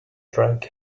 drank